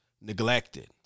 neglected